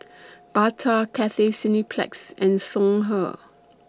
Bata Cathay Cineplex and Songhe